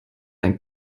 ein